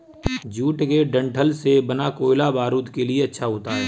jute के डंठल से बना कोयला बारूद के लिए अच्छा होता है